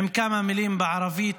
בכמה מילים בערבית,